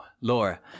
Laura